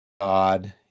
God